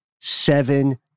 seven